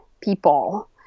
people